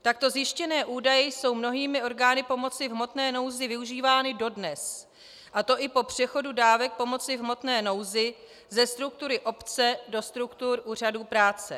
Takto zjištěné údaje jsou mnohými orgány pomoci v hmotné nouzi využívány dodnes, a to i po přechodu dávek pomoci v hmotné nouzi ze struktury obce do struktur úřadů práce.